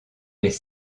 les